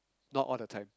not all the time